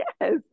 yes